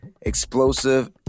explosive